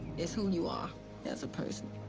it's who you are as a person.